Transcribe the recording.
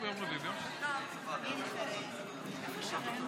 59 חברי כנסת בעד,